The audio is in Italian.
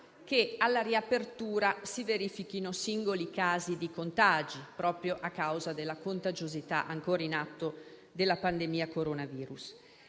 che, alla riapertura, si verifichino singoli casi di contagi, proprio a causa della contagiosità, ancora in atto, della pandemia coronavirus.